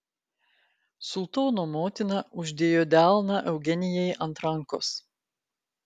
sultono motina uždėjo delną eugenijai ant rankos